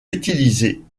utilisées